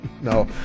No